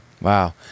Wow